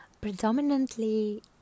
Predominantly